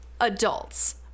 adults